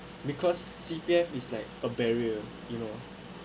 because C_P_F is like a barrier you know